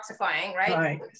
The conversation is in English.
right